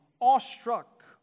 awestruck